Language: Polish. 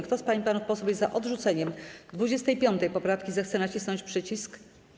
Kto z pań i panów posłów jest za odrzuceniem 25. poprawki, zechce nacisnąć przycisk.